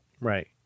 Right